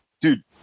dude